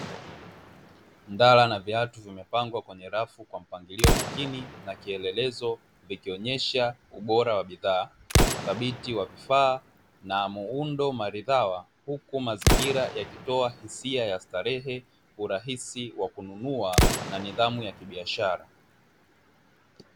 Ndala na viatu vimepangwa kwenye rafu kwa mpangilio makini na kielelezo vikionyesha ubora wa bidhaa, uthabiti wa vifaa na muundo waridhawa huku mazingira yakitoa hisia ya starehe, urahisi wa kUnunua na nidhamu ya kibiashara.